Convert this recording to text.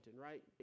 right